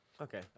Okay